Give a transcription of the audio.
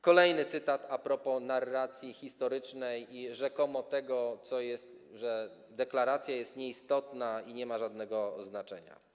Kolejny cytat a propos narracji historycznej i rzekomo tego, że deklaracja jest nieistotna i nie ma żadnego znaczenia.